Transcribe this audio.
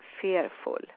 fearful